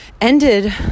ended